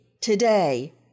today